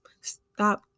stop